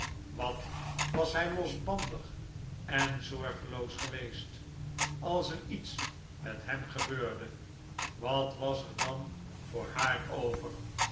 wat was hij losbandig en zorgeloos geweest als er iets met hem gebeurde wat was er dan voor haar over